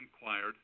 inquired